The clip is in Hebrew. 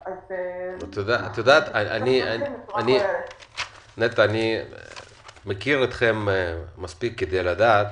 נטע, אני מכיר אתכם מספיק כדי לדעת